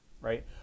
right